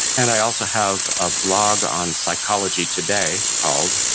and i also have a blog on psychology today called,